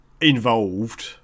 involved